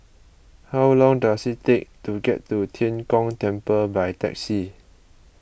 how long does it take to get to Tian Kong Temple by taxi